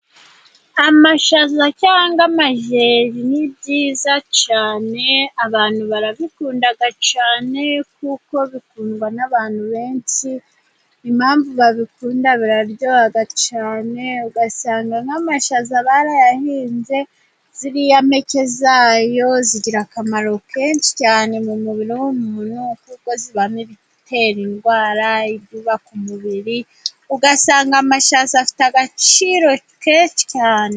Amashaza cyangwa amajeri ni meza cyane, abantu barayakunda cyane, kuko akundwa n'abantu benshi, impamvu bayakunda araryoha cyane, ugasanga nk'amashaza barayahinze. Ziriya mpeke zayo zigira akamaro kenshi cyane mu mubiri w'umuntu, kuko zibamo ibitera indwara, ibyubaka umubiri, ugasanga amashaza afite agaciro kenshi cyane.